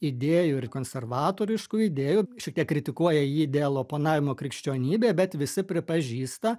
idėjų ir konservatoriškų idėjų šiek tiek kritikuoja jį dėl oponavimo krikščionybei bet visi pripažįsta